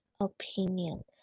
Opinion